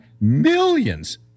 millions